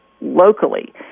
locally